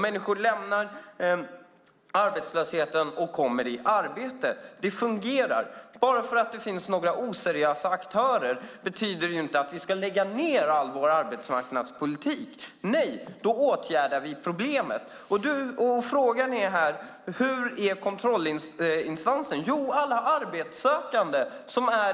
Människor lämnar arbetslösheten och kommer i arbete. Det fungerar. Bara för att det finns några oseriösa aktörer ska vi inte lägga ned hela vår arbetsmarknadspolitik. Nej, då åtgärdar vi problemet. Frågan som ställdes var: Vilken är kontrollinstansen? Jo, alla arbetssökande